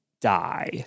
die